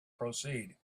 proceed